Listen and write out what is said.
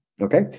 Okay